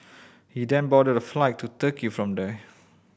he then boarded a flight to Turkey from there